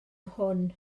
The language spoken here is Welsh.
hwn